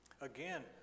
again